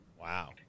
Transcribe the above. wow